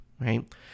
right